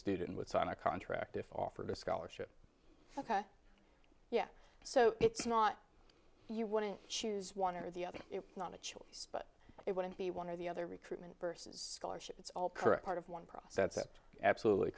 student would sign a contract if offered a scholarship ok yeah so it's not you want to choose one or the other it's not a choice but it wouldn't be one or the other recruitment versus scholarship it's all correct part of one price that's it absolutely